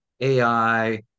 AI